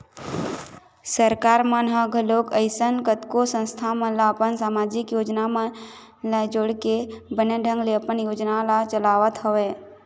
सरकार मन ह घलोक अइसन कतको संस्था मन ल अपन समाजिक योजना मन ले जोड़के बने ढंग ले अपन योजना ल चलावत हवय